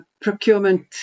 procurement